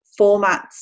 formats